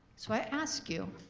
so i ask you,